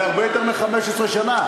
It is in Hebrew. זה הרבה יותר מ-15 שנה.